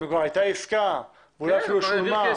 כבר הייתה עסקה, אולי אפילו שולם כסף בגינה.